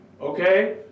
Okay